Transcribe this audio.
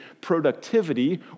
productivity